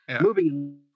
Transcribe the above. Moving